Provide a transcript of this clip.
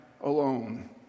alone